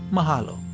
Mahalo